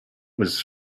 was